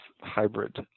hybrid